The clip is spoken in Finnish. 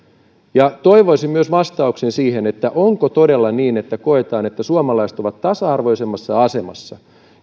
ja toivoisin vastauksen myös siihen onko todella niin että koetaan että suomalaiset ovat tasa arvoisemmassa asemassa